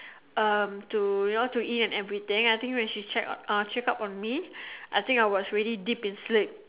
um to you know to eat and everything I think when she check uh check up on me I think I was already deep in sleep